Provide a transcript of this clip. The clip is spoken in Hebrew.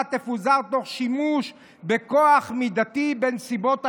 תפוזר תוך שימוש בכוח מידתי בנסיבות העניין,